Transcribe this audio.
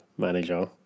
manager